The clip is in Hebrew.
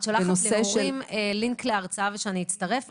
את שולחת להורים לינק להרצאה שאני אצטרף אליה?